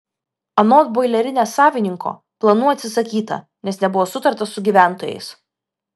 anot boilerinės savininko planų atsisakyta nes nebuvo sutarta su gyventojais